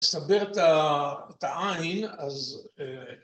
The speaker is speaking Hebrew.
‫לסבר את העין, אז...